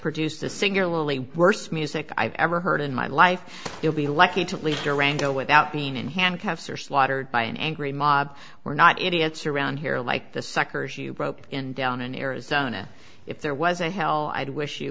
produced a singularly worst music i've ever heard in my life you'll be lucky to leave durango without being in handcuffs or slaughtered by an angry mob we're not idiots around here like the suckers you broke in down in arizona if there was a hell i'd wish you